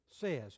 says